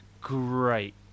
great